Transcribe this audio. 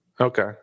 Okay